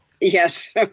Yes